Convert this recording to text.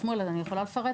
שמואל אני יכולה לפרט